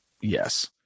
yes